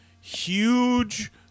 huge